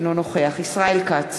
אינו נוכח ישראל כץ,